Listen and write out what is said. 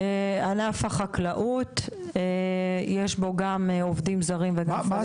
ענף החקלאות, יש בו גם עובדים זרים וגם פלשתינאים.